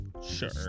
Sure